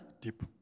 deep